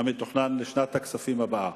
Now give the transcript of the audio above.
המתוכנן לשנת הכספים הבאה.